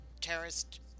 terrorist